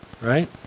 right